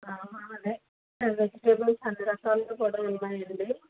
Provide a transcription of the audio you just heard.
మా దగ్గర వెజిటేబుల్స్ అన్ని రకాలుగా కూడా ఉన్నాయండి